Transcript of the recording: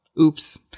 oops